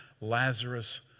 Lazarus